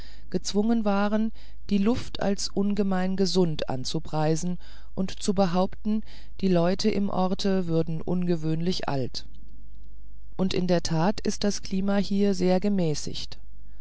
gezwungen waren die luft als ungemein gesund anzupreisen und zu behaupten die leute im orte würden ungewöhnlich alt und in der tat ist das klima hier sehr gemäßigt